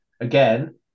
again